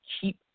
keep